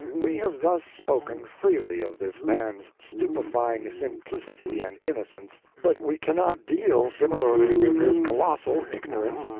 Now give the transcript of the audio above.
we have thus spoken freely of this man's stupefying simplicity and innocence, but we cannot deal similarly with his colossal ignorance.